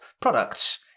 products